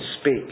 speak